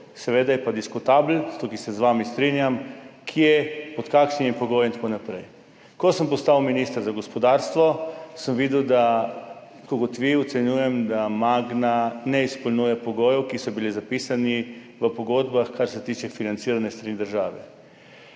seveda je pa diskutabel, tukaj se z vami strinjam, kje, pod kakšnimi pogoji in tako naprej. Ko sem postal minister za gospodarstvo, sem videl, da tako kot vi ocenjujem, da Magna ne izpolnjuje pogojev, ki so bili zapisani v pogodbah, kar se tiče financiranja s strani države.